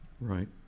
right